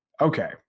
Okay